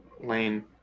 Lane